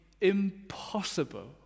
impossible